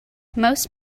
most